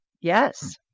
Yes